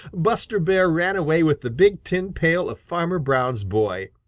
buster bear ran away with the big tin pail of farmer brown's boy!